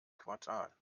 quartal